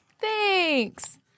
Thanks